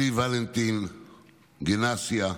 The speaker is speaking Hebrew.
אלי ולנטין גנסיה,